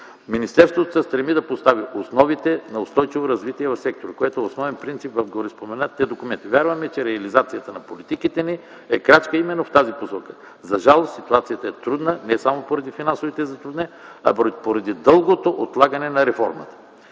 Министерството се стреми да постави основите на устойчиво развитие в сектора, което е основен принцип в гореспоменатите документи. Вярваме, че реализацията на политиките ни е крачка именно в тази посока – за жалост ситуацията е трудна не само поради финансовите затруднения, а поради дългото отлагане на реформата.